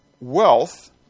wealth